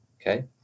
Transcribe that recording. Okay